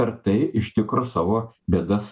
per tai iš tikro savo bėdas